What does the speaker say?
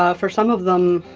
ah for some of them,